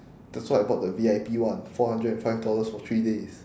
that's why I bought the V_I_P one four hundred and five dollars for three days